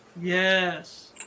Yes